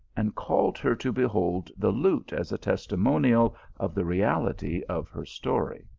and called her to behold the lute as a tes timonial of the reality of her story.